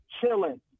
chilling